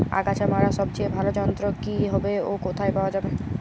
আগাছা মারার সবচেয়ে ভালো যন্ত্র কি হবে ও কোথায় পাওয়া যাবে?